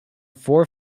four